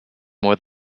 more